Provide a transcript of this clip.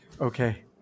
okay